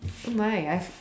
oh my I've